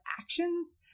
actions